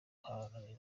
guharanira